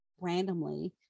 randomly